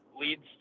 leads